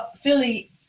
Philly